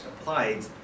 applied